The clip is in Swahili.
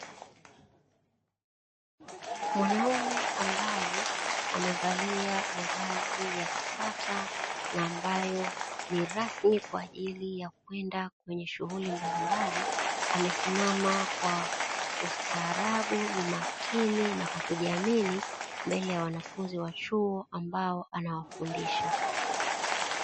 Mwanaume ambaye amevalia mavazi ya kisasa, na ambayo ni rasmi kwa ajili ya kwenda kwenye shughuli mbalimbali. Amesimama kwa ustaarabu, umakini na kwa kujiaamini mbele ya wanafunzi wa chuo ambao anaowafundisha.